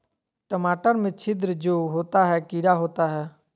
टमाटर में छिद्र जो होता है किडा होता है?